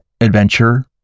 adventure